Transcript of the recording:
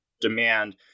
demand